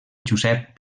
josep